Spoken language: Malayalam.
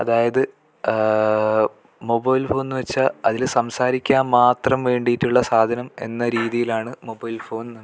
അതായത് മൊബൈൽ ഫോന്ന് വെച്ചാൽ അതിൽ സംസാരിക്കാമ്മാത്രം വേണ്ടീട്ടുള്ള സാധനം എന്ന രീതിയിലാണ് മൊബൈൽ ഫോൺ